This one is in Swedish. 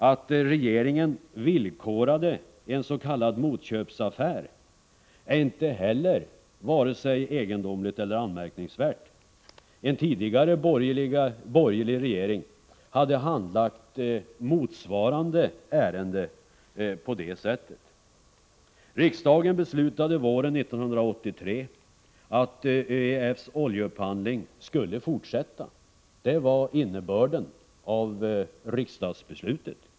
Att regeringen villkorade en s.k. motköpsaffär är heller inte vare sig egendomligt eller anmärkningsvärt. En tidigare borgerlig regering hade handlagt ett motsvarande ärende på det sättet. Riksdagen beslöt våren 1983 att ÖEF:s oljeupphandling skulle fortsätta. Det var innebörden av riksdagsbeslutet.